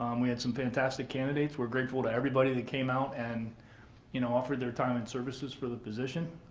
um we had some fantastic candidates. we're grateful to everybody that came out and you know offered their time and services for the position.